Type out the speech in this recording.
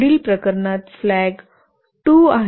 पुढील प्रकरणात फ्लॅग 2 आहे